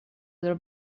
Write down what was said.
their